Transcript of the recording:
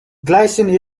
glycine